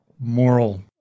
moral